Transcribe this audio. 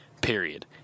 period